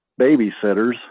babysitters